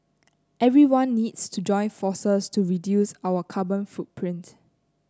everyone needs to join forces to reduce our carbon footprint